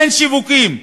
אין שיווקים.